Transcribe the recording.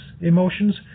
emotions